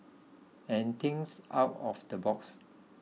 and thinks out of the box